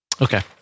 Okay